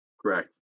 Correct